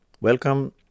Welcome